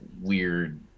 weird